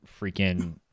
freaking